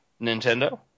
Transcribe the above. Nintendo